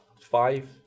five